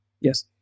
Yes